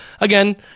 again